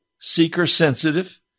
seeker-sensitive